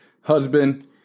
husband